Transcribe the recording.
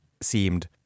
seemed